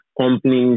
companies